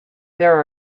there